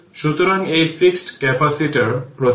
সুতরাং এটি fixed capacitor প্রতীক